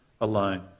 alone